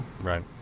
Right